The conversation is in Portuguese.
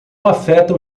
afeta